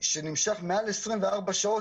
שנמשך מעל 24 שעות,